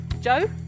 Joe